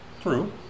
True